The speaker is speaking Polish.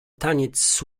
taniec